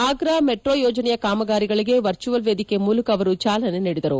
Agra metro ಯೋಜನೆಯ ಕಾಮಗಾರಿಗಳಿಗೆ virtual ವೇದಿಕೆ ಮೂಲಕ ಅವರು ಚಾಲನೆ ನೀಡಿದರು